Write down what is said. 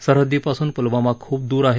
सरहद्दीपासून पुलवामा खूप दूर आहे